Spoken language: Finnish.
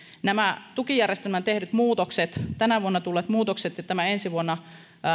nämä tukijärjestelmään tehdyt muutokset tänä vuonna tulleet muutokset ja tämä ensi vuonna